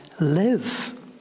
live